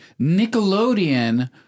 Nickelodeon